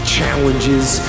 challenges